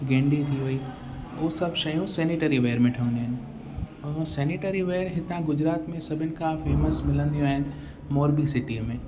गेंडी थी वई उहे सभु शयूं सेनेटरीवेयर में ठहंदियूं आहिनि ऐं सेनेटरीवेयर हितां गुजरात में सभिनि खां फेमस मिलंदियूं आहिनि मोर्बी सिटीअ में